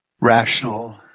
rational